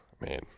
Man